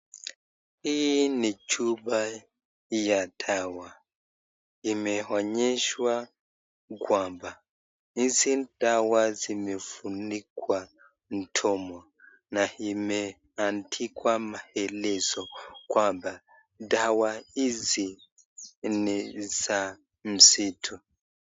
Hii ni chupa ya dawa. Imeonyeshwa kwamba hizi dawa zimefunikwa mdomo na imeandikwa maelezo kwamba dawa hizi ni za msitu.